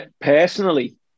personally